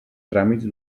tràmits